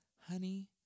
honey